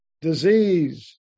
disease